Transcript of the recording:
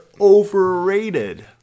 overrated